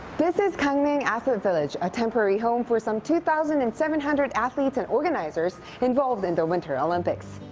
this is gangneung athlete village, a temporary home for some two thousand and seven hundred athletes and organizers involved in the winter olympics.